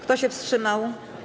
Kto się wstrzymał?